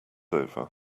over